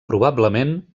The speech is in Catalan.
probablement